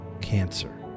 cancer